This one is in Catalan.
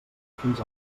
fins